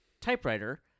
typewriter